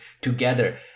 together